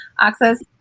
Access